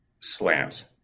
slant